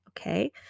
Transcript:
okay